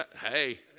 Hey